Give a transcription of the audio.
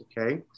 Okay